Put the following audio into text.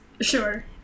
Sure